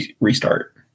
restart